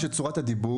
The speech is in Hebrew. החברה שבנינו,